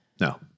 No